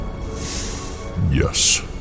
Yes